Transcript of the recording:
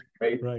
Right